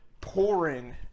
pouring